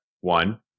one